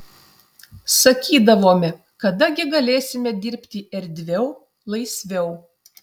sakydavome kada gi galėsime dirbti erdviau laisviau